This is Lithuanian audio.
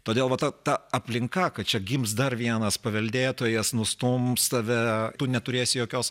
todėl vat ta aplinka kad čia gims dar vienas paveldėtojas nustums tave tu neturėsi jokios